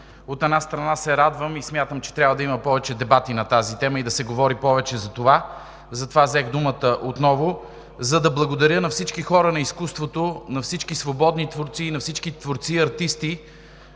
От една страна, се радвам и смятам, че трябва да има повече дебати на тази тема и да се говори повече, и затова взех думата отново, за да благодаря на всички хора на изкуството, на всички свободни творци, на всички творци и артисти,